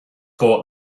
bought